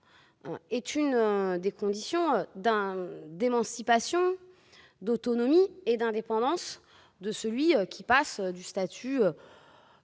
est une des conditions d'émancipation, d'autonomie et d'indépendance de celui qui sort de